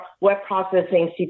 web-processing